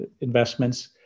investments